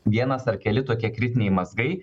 vienas ar keli tokie kritiniai mazgai